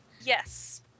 Yes